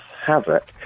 havoc